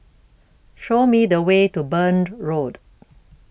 Show Me The Way to Burned Road